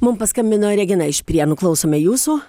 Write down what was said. mum paskambino regina iš prienų klausome jūsų